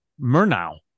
Murnau